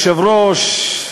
אדוני היושב-ראש,